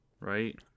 right